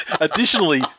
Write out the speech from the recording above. additionally